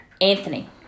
Anthony